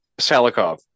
Salikov